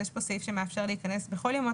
יש כאן סעיף שמאפשר להיכנס בכל ימות